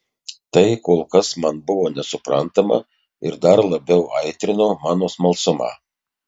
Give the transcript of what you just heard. tai kol kas man buvo nesuprantama ir dar labiau aitrino mano smalsumą